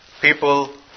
People